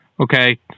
Okay